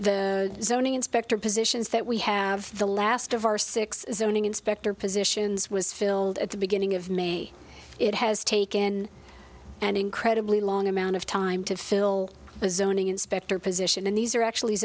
the zoning inspector positions that we have the last of our six zoning inspector positions was filled at the beginning of may it has taken an incredibly long amount of time to fill the zoning inspector position and these are actually